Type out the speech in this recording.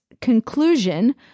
conclusion